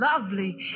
lovely